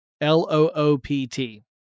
L-O-O-P-T